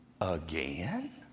again